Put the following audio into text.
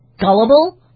gullible